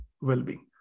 well-being